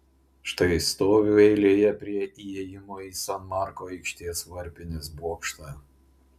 štai stoviu eilėje prie įėjimo į san marko aikštės varpinės bokštą